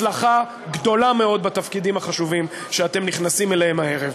הצלחה גדולה מאוד בתפקידים החשובים שאתם נכנסים אליהם הערב.